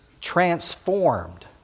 transformed